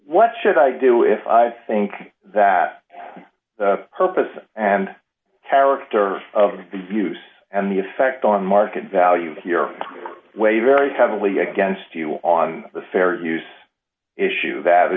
what should i do if i think that the purpose and character of the use and the effect on market value here weigh very heavily against you on the fair use issue that a